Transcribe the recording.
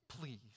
please